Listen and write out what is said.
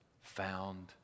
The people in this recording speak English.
found